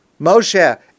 Moshe